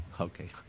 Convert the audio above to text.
Okay